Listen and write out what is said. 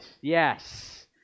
Yes